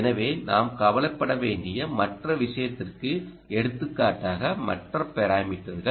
எனவே நாம் கவலைப்பட வேண்டிய மற்ற விஷயத்திற்கு எடுத்துக்காட்டாக மற்ற பாராமீட்டர்கள்